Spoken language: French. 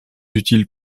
utiles